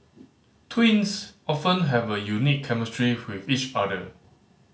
twins often have a unique chemistry with each other